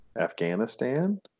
Afghanistan